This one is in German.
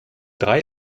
drei